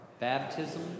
Baptism